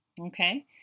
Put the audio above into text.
Okay